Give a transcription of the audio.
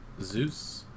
Zeus